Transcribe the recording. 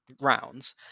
rounds